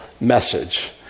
message